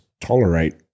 tolerate